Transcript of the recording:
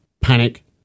panic